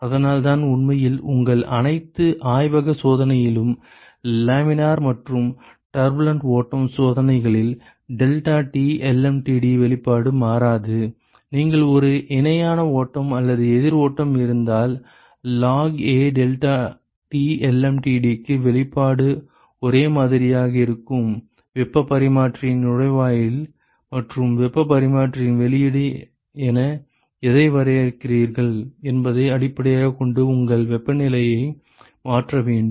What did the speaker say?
அதனால்தான் உண்மையில் உங்கள் அனைத்து ஆய்வக சோதனைகளிலும் லேமினார் மற்றும் டர்புலெண்ட் ஓட்டம் சோதனைகளில் deltaTlmtd வெளிப்பாடு மாறாது நீங்கள் ஒரு இணையான ஓட்டம் அல்லது எதிர் ஓட்டம் இருந்தால் log adeltaTlmtd க்கு வெளிப்பாடு ஒரே மாதிரியாக இருக்கும் வெப்பப் பரிமாற்றியின் நுழைவாயில் மற்றும் வெப்பப் பரிமாற்றியின் வெளியீடு என எதை வரையறுக்கிறீர்கள் என்பதை அடிப்படையாகக் கொண்டு உங்கள் வெப்பநிலையை மாற்ற வேண்டும்